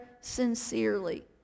sincerely